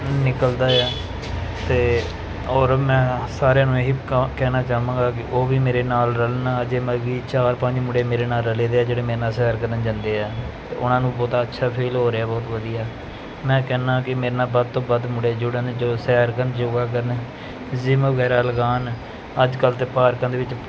ਨਿਕਲਦਾ ਆ ਅਤੇ ਔਰ ਮੈਂ ਸਾਰਿਆਂ ਨੂੰ ਇਹੀ ਕਹਿਣਾ ਚਾਹਾਂਗਾ ਕਿ ਉਹ ਵੀ ਮੇਰੇ ਨਾਲ ਰਲਣ ਅਜੇ ਮਤਲਬ ਕਿ ਚਾਰ ਪੰਜ ਮੁੰਡੇ ਮੇਰੇ ਨਾਲ ਰਲੇ ਦੇ ਹੈ ਜਿਹੜੇ ਮੇਰੇ ਨਾਲ ਸੈਰ ਕਰਨ ਜਾਂਦੇ ਆ ਅਤੇ ਉਹਨਾਂ ਨੂੰ ਬਹੁਤਾ ਅੱਛਾ ਫੀਲ ਹੋ ਰਿਹਾ ਬਹੁਤ ਵਧੀਆ ਮੈਂ ਕਹਿੰਦਾ ਕਿ ਮੇਰੇ ਨਾਲ ਵੱਧ ਤੋਂ ਵੱਧ ਮੁੰਡੇ ਜੁੜਨ ਜੋ ਸੈਰ ਕਰਨ ਯੋਗਾ ਕਰਨ ਜਿੰਮ ਵਗੈਰਾ ਲਗਾਉਣ ਅੱਜ ਕੱਲ੍ਹ ਤਾਂ ਪਾਰਕਾਂ ਦੇ ਵਿੱਚ